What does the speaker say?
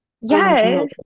Yes